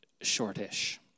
shortish